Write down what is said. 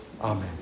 Amen